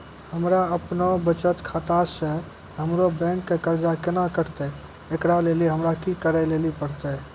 हमरा आपनौ बचत खाता से हमरौ बैंक के कर्जा केना कटतै ऐकरा लेली हमरा कि करै लेली परतै?